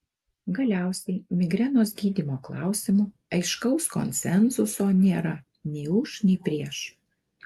galiausiai migrenos gydymo klausimu aiškaus konsensuso nėra nei už nei prieš